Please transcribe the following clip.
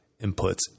inputs